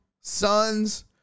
Suns